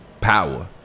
power